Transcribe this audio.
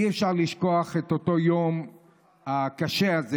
אי-אפשר לשכוח את היום הקשה הזה.